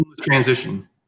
transition